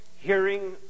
hearing